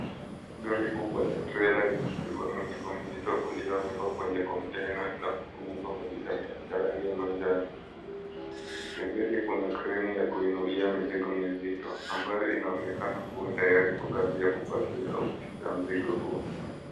Gari kubwa la trela limebeba mzigo mzito uliowekwa kwenye kontena na kufunikwa kwa kitambaa cha rangi ya manjano. Pembeni kuna kreni ya kuinulia mizigo mizito, ambayo inaonekana kuwa tayari kwa kazi ya kupakia au kushika mzigo huu.